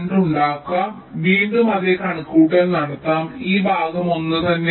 ഉണ്ടാക്കാം നമുക്ക് വീണ്ടും അതേ കണക്കുകൂട്ടൽ നടത്താം ഈ ഭാഗം ഒന്നുതന്നെയാണ്